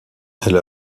elle